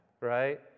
right